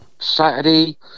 Saturday